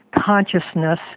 consciousness